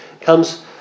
comes